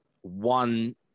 one